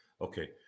Okay